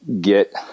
get